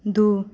दू